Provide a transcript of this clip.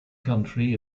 country